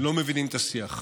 לא מבינים את השיח.